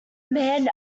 men